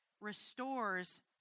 restores